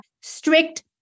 strict